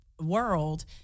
world